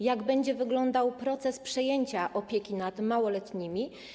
Jak będzie wyglądał proces przejęcia opieki nad małoletnimi?